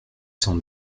cent